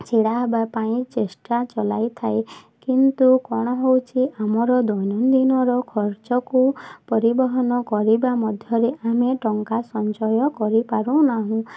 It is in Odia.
ଛିଡ଼ାହେବା ପାଇଁ ଏକ ଚେଷ୍ଟା ଚଲେଇଥାଏ କିନ୍ତୁ କ'ଣ ହୋଇଛି ଆମର ଦୈନଦିନର ଖର୍ଚ୍ଚକୁ ପରିବହନ କରିବା ମଧ୍ୟରେ ଆମେ ଟଙ୍କା ସଞ୍ଚୟ କରିପାରୁ ନାହୁଁ